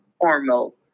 formal